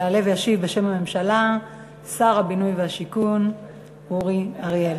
יעלה וישיב בשם הממשלה שר הבינוי והשיכון אורי אריאל.